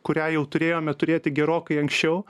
kurią jau turėjome turėti gerokai anksčiau